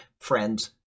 Friends